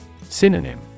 Synonym